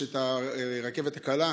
יש את הרכבת הקלה,